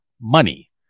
money